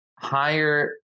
higher